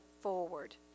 forward